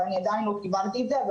ועדיין לא קיבלתי את זה.